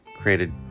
created